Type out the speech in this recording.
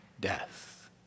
death